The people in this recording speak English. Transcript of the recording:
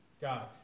God